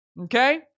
okay